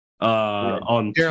on